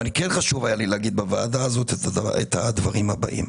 אבל כן חשוב היה לי להגיד בוועדה הזאת את הדברים הבאים.